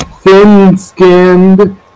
thin-skinned